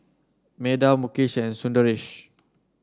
Medha Mukesh and Sundaresh